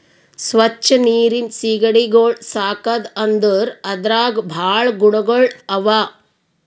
ಸ್ವಚ್ ನೀರಿನ್ ಸೀಗಡಿಗೊಳ್ ಸಾಕದ್ ಅಂದುರ್ ಅದ್ರಾಗ್ ಭಾಳ ಗುಣಗೊಳ್ ಅವಾ